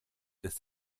ist